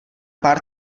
pár